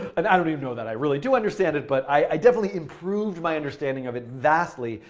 and i don't even know that i really do understand it. but i definitely improved my understanding of it vastly,